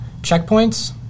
checkpoints